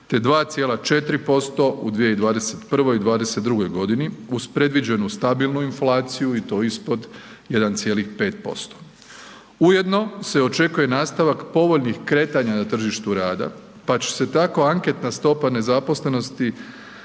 te 2,4% u 2021. i '22. godini uz predviđenu stabilnu inflaciju i to ispod 1,5%, ujedno se očekuje nastavak povoljnih kretanja na tržištu rada, pa će se tako anketna stopa nezaposlenosti